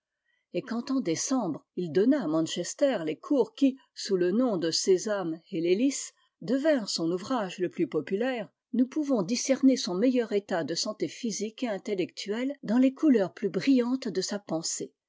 et quand en décembre il donna à manchester les cours qui sous le nom de sésame et les lys devinrent son ouvrage le plus populaire f nous pouvons dis t cet ouvrage fut ensuite augmente par l'addition aux deux cerner son meilleur état de santé physique et intellectuelle dans les couleurs plus brillantes de sa pensée